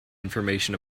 information